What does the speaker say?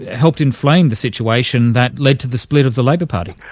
helped inflame the situation that led to the split of the labor party?